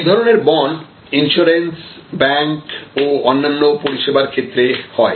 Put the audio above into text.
এই ধরনের bond insurance bank ও অন্যান্য পরিষেবার ক্ষেত্রে হয়